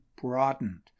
broadened